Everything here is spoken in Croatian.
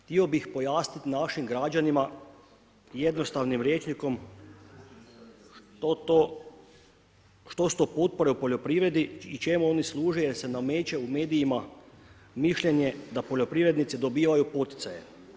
Htio bih pojasnit našim građanima, jednostavnim rječnikom, što su to potpore u poljoprivredi i čemu oni služe jer se nameće u medijima mišljenje da poljoprivrednici dobivaju poticaje.